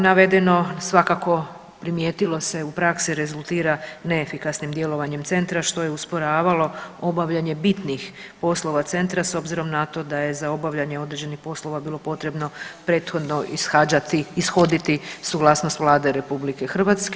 Navedeno svakako primijetilo se u praksi rezultira neefikasnim djelovanjem centra što je usporavalo obavljanje bitnih poslova centra s obzirom na to da je za obavljanje određenih poslova bilo potrebno prethodno ishoditi suglasnost Vlade RH.